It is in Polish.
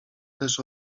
też